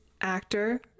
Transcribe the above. actor